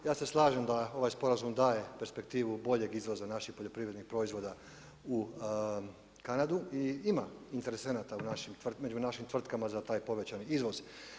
Ja se slažem da ovaj sporazum daje perspektivu boljeg izlaza naših poljoprivrednih proizvoda u Kanadu i ima interesenata među našim tvrtkama za taj povećani izvoz.